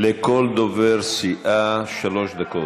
לכל דובר סיעה שלוש דקות.